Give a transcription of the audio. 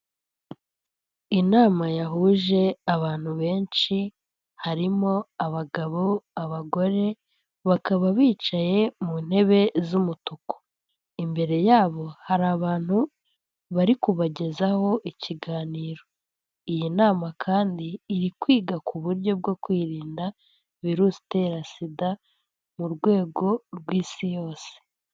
Inama yahuje abantu benshi, harimo abagabo, abagore, bakaba bicaye mu ntebe z'umutuku, imbere yabo hari abantu bari kubagezaho ikiganiro, iyi nama kandi iri kwiga ku buryo bwo kwirinda virusi itera sida mu rwego rw'Isi yose.